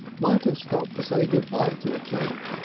might have stopped to say good-by to a chap.